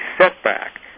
setback